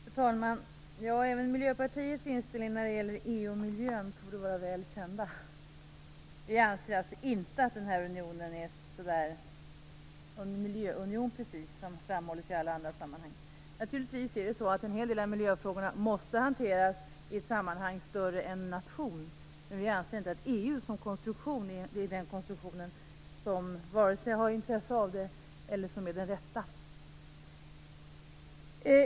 Fru talman! Även Miljöpartiets inställning när det gäller EU och miljön torde vara väl känd. Vi anser alltså inte att den här unionen är någon miljöunion precis, vilket framhålls i alla andra sammanhang. Naturligtvis måste en hel del miljöfrågor hanteras i ett sammanhang som är större än en nation. Men vi anser inte att EU är den konstruktion som har vare sig intresse av det eller är den rätta.